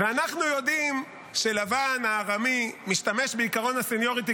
אנחנו יודעים שלבן הארמי משתמש בעקרון הסניוריטי,